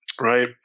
right